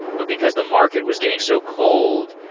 but because the market was getting so cold,